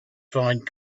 find